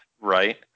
Right